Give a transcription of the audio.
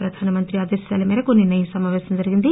ప్రధాన మంత్రి ఆదేశాల మేరకు నిన్న ఈ సమాపేశం జరిగింది